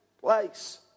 place